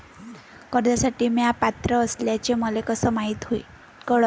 कर्जसाठी म्या पात्र असल्याचे मले कस कळन?